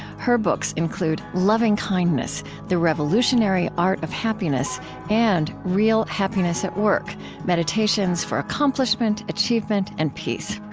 her books include lovingkindness the revolutionary art of happiness and real happiness at work meditations for accomplishment, achievement, and peace.